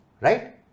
Right